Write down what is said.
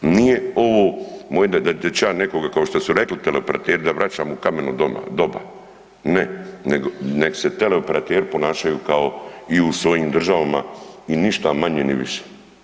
Nije ovo moje, da ću ja nekoga, kao što su rekli teleoperateri, da vraćam u kameno doba, ne, nego nek se teleoperateri ponašaju kao i u svojim državama i ništa manje ni više.